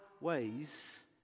ways